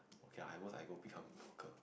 okay I was I go become hawker